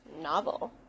novel